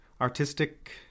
Artistic